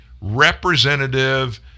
representative